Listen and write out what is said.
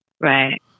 Right